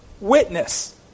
witness